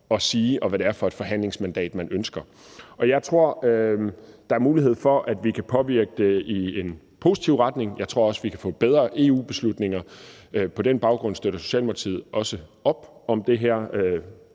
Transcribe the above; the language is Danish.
og sige, og hvad det er for et forhandlingsmandat, man ønsker. Jeg tror, der er mulighed for, at vi kan påvirke det i en positiv retning, og jeg tror også, vi kan få bedre EU-beslutninger, så på den baggrund støtter Socialdemokratiet også op om det her